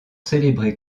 célébré